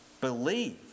Believe